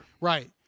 Right